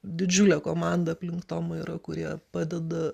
didžiulė komanda aplink tomą yra kurie padeda